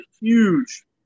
huge